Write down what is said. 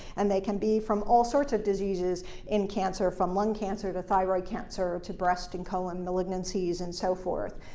and they can be from all sorts of diseases in cancer, from lung cancer to thyroid cancer to breast and colon malignancies and so forth.